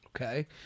Okay